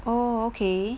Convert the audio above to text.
oo okay